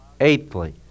Eighthly